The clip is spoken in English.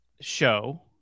show